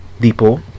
depot